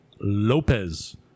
Lopez